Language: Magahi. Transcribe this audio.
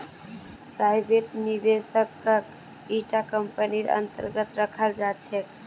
प्राइवेट निवेशकक इटा कम्पनीर अन्तर्गत रखाल जा छेक